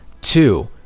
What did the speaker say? two